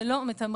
זה לא מתמרץ